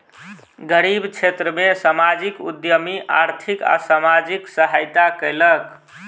गरीब क्षेत्र में सामाजिक उद्यमी आर्थिक आ सामाजिक सहायता कयलक